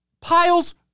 Piles